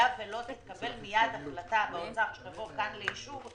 היה ולא תתקבל מיד החלטה באוצר שתבוא כאן לאישור,